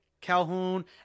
Calhoun